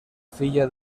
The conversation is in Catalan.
filla